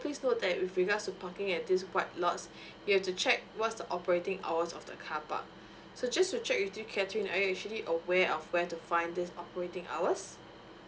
please note that with regard to parking at these white lots you have to check what's the operating hours of the car park so just to check with you catherine are you actually aware of where to find this operating hours